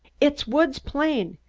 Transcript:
it's woods' plane.